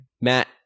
Matt